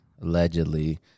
allegedly